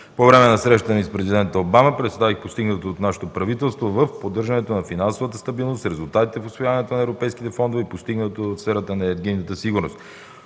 По време на срещата ми с президента Обама представих постигнатото от нашето правителство в поддържането на финансовата стабилност, резултатите от усвояването на европейските фондове и постигнатото в сферата на енергийната сигурност